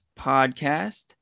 Podcast